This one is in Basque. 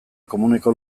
komuneko